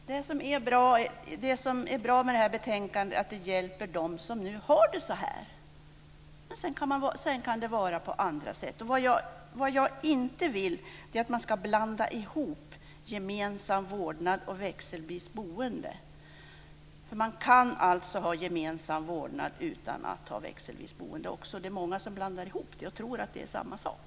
Fru talman! Jag trodde att jag sade det. Det som är bra med det här betänkandet är att det hjälper dem som nu har det så här. Och sedan kan det vara på andra sätt. Vad jag inte vill är att man ska blanda ihop gemensam vårdnad och växelvis boende. Man kan alltså ha gemensam vårdnad utan att ha växelvis boende också. Det är många som blandar ihop det och tror att det är samma sak.